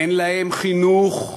אין להם חינוך.